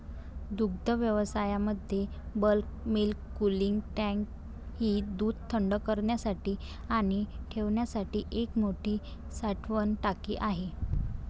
दुग्धव्यवसायामध्ये bulk milk cooling tank ही दूध थंड करण्यासाठी आणि ठेवण्यासाठी एक मोठी साठवण टाकी आहे